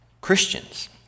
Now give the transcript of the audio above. Christians